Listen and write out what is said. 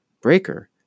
Breaker